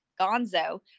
gonzo